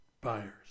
buyers